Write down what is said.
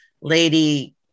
lady